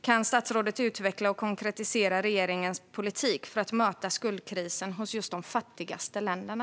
Kan statsrådet utveckla och konkretisera regeringens politik för att möta skuldkrisen hos just de fattigaste länderna?